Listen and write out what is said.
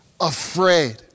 afraid